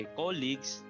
colleagues